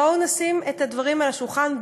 בואו נשים את הדברים על השולחן,